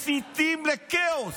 מסיתים לכאוס,